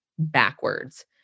backwards